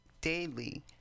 daily